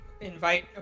invite